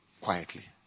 quietly